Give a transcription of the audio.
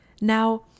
Now